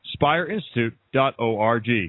SpireInstitute.org